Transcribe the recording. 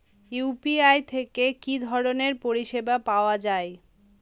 UPI থেকে কি ধরণের পরিষেবা পাওয়া য়ায়?